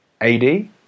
AD